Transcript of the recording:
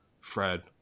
Fred